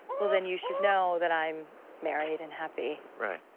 well, then, you should know that i'm married and happy. right.